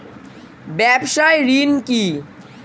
ব্যবসায় ঋণ কি?